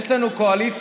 יש לנו קואליציה,